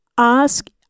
Ask